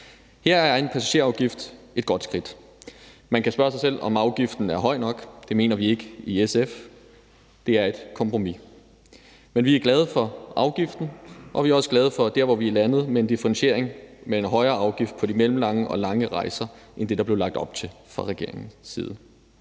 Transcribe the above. Her er en passagerafgift et godt skridt. Man kan spørge sig selv, om afgiften er høj nok. Det mener vi ikke i SF; det er et kompromis. Men vi er glade for afgiften, og vi er også glade for der, hvor vi er landet, med en differentiering og med en højere afgift på de mellemlange og lange rejser end det, der blev lagt op til fra regeringens side.